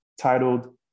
titled